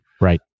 right